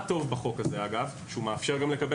מה שטוב בחוק הזה זה שהוא מאפשר גם לקבל